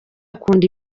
akunda